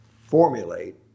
formulate